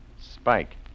Spike